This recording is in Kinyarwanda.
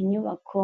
Inyubako